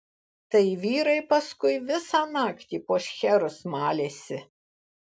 tai vyrai paskui visą naktį po šcherus malėsi